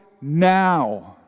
now